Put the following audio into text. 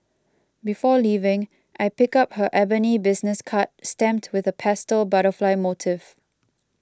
before leaving I pick up her ebony business card stamped with a pastel butterfly motif